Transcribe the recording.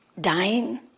dying